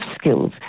skills